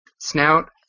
snout